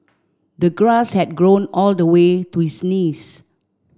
the grass had grown all the way to his knees